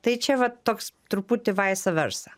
tai čia va toks truputį vaisa versa